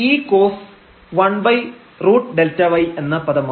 ഈ cos⁡1√Δy എന്ന പദമാവും